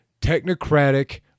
technocratic